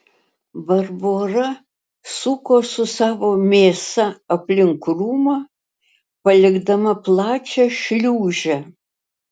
barbora suko su savo mėsa aplink krūmą palikdama plačią šliūžę